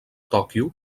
tòquio